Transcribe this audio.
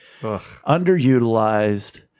underutilized